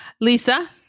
Lisa